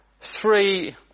three